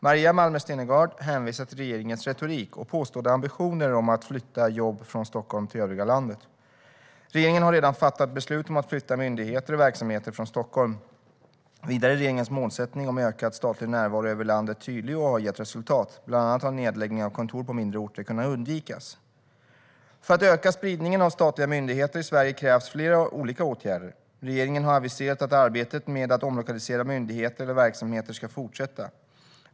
Maria Malmer Stenergard hänvisar till regeringens retorik och påstådda ambitioner om att flytta jobb från Stockholm till övriga landet. Regeringen har redan fattat beslut om att flytta myndigheter och verksamhet från Stockholm. Vidare är regeringens målsättning om ökad statlig närvaro över landet tydlig och har gett resultat. Bland annat har nedläggningar av kontor på mindre orter kunnat undvikas. För att öka spridningen av statliga myndigheter i Sverige krävs flera olika åtgärder. Regeringen har aviserat att arbetet med att omlokalisera myndigheter eller verksamheter ska fortsätta.